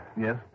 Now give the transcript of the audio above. Yes